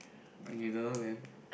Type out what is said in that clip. ah you don't know then